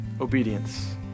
obedience